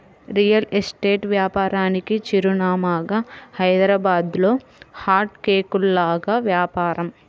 real estate వ్యాపారానికి చిరునామాగా హైదరాబాద్లో హాట్ కేకుల్లాగా వ్యాపారం